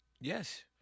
Yes